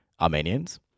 Armenians